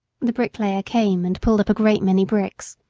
the bricklayer came and pulled up a great many bricks,